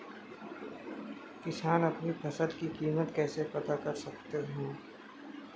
किसान अपनी फसल की कीमत कैसे पता कर सकते हैं?